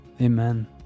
amen